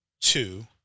Two